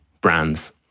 brands